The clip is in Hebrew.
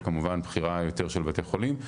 וכמובן, בחירה יותר של בתי חולים.